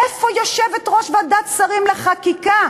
איפה יושבת-ראש ועדת שרים לחקיקה,